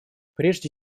прежде